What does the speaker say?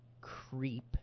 creep